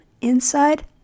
Inside